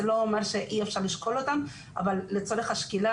זה לא אומר שאי אפשר לשקול אותן אבל לצורך השקילה,